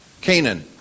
Canaan